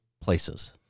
places